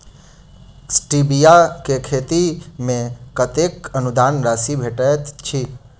Stevia केँ खेती मे कतेक अनुदान राशि भेटैत अछि?